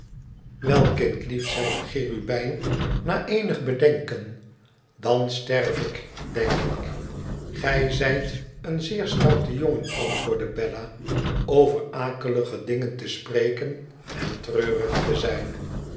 iwel kind lief zei de cherubijn na eenig bedenken idan sterfik denk ik gij zijt een zeer stoute jongen antwoordde bella over akelige dingen te spreken en treurig te zijn